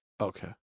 Okay